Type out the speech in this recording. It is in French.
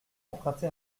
emprunter